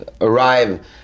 arrive